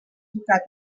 tocar